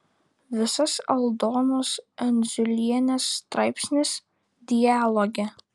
visas aldonos endziulienės straipsnis dialoge